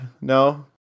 No